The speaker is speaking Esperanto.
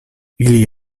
ili